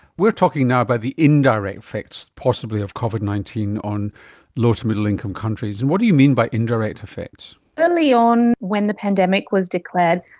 we're talking now about the indirect effects possibly of covid nineteen on low to middle income countries, and what do you mean by indirect effects? early on when the pandemic was declared,